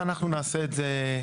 ואנחנו נעשה את זה,